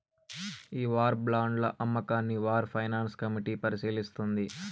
ఈ వార్ బాండ్ల అమ్మకాన్ని వార్ ఫైనాన్స్ కమిటీ పరిశీలిస్తుంది